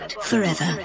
forever